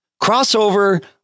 crossover